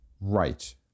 Right